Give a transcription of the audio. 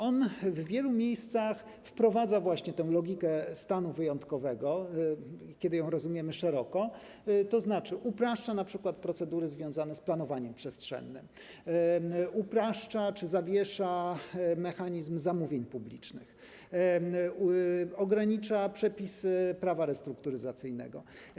On w wielu miejscach wprowadza właśnie tę logikę stanu wyjątkowego, kiedy ją rozumiemy szeroko, tzn. upraszcza np. procedury związane z planowaniem przestrzennym, upraszcza czy zawiesza mechanizm zamówień publicznych, ogranicza przepisy prawa restrukturyzacyjnego.